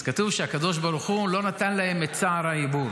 אז כתוב שהקדוש ברוך הוא לא נתן להן את צער העיבור.